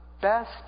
best